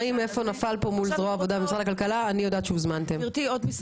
אבתיסאם מראענה גאולה צמח עו"ד, לשכה